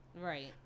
Right